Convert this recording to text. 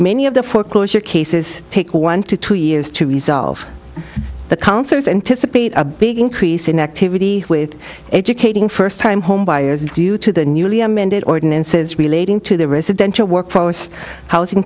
many of the foreclosure cases take one to two years to resolve the concerts anticipate a big increase in activity with educating first time homebuyers due to the newly amended ordinances relating to the residential workforce housing